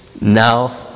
Now